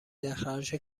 دلخراش